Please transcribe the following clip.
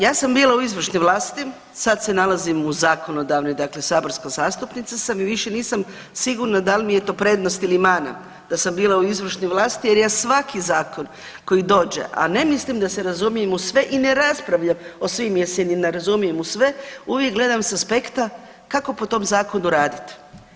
Ja sam bila u izvršnoj vlasti, sad se nalazim u zakonodavnoj, dakle saborska zastupnica i više nisam sigurna da li mi je to prednost ili mana, da sam bila u izvršnoj vlasti jer ja svaki zakon koji dođe, a ne mislim da se razumijem u sve i ne raspravljam o svim jer se ni ne razumijem u sve, uvijek gledam s aspekta kako po tom zakonu raditi.